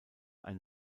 ein